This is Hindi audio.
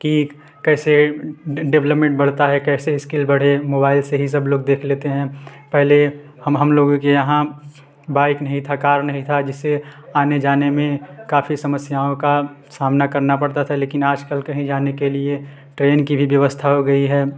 कि कैसे डेवलप्मेंट बढ़ता है कैसे स्किल बढ़े मोबाइल से ही सब लोग देख लेते हैं पहले हम हम लोगों के यहाँ बाइक नहीं था कार नहीं था जिससे आने जाने में काफ़ी समस्याओं का सामना करना पड़ता था लेकिन आजकल कहीं जाने के लिए ट्रेन की भी व्यवस्था हो गई है